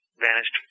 vanished